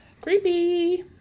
Creepy